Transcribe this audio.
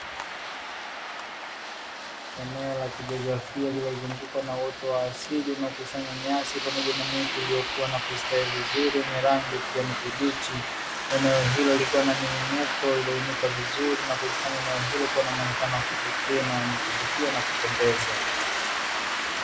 Eneo la kijiografia lililozungukwa na uoto wa asili unaokusanya nyasi fupi pamoja na miti iliyokua na kustawi vizuri yenye rangi ya kijani kibichi. Eneo hilo likiwa na miinuko iliyoinuka vizuri na kulifanya eneo hilo kuwa na muonekano wa kipekee wenye kuvutia na kupendeza.